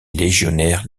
légionnaires